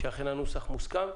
שאכן הנוסח מוסכם.